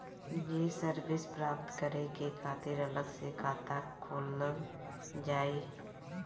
ये सर्विस प्राप्त करे के खातिर अलग से खाता खोलल जाइ?